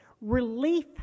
relief